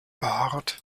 behaart